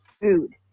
food